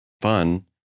fun